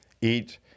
eat